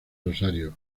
rosario